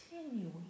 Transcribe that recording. continuing